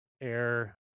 air